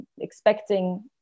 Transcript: expecting